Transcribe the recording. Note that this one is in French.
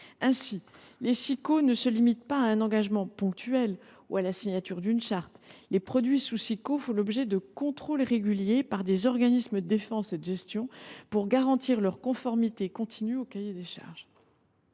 Ainsi, les Siqo ne se limitent pas à un engagement ponctuel ou à la signature d’une charte. Les produits relevant de ces labels font l’objet de contrôles réguliers par des organismes de défense et de gestion pour garantir leur conformité continue au cahier des charges.